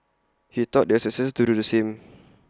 he taught their successors to do the same